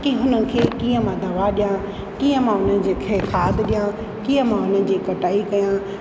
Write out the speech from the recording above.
की हुननि खे कीअं मां दवा ॾियां कीअं मां उन्हनि जेके खाद ॾियां कीअं मां हुन जी कटाई कयां